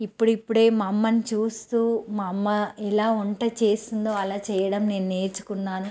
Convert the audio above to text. ఇప్పుడిప్పుడే మా అమ్మని చూస్తూ మా అమ్మ ఎలా వంట చేస్తుందో అలా చేయడం నేను నేర్చుకున్నాను